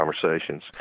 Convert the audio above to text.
conversations